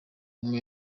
ubwo